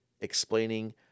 explaining